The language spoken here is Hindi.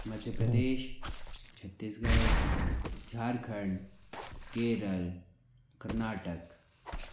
मध्य प्रदेश छत्तीसगढ़ झारखण्ड केरल कर्नाटक